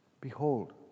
Behold